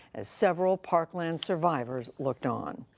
as several parkland survivors looked on.